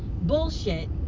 bullshit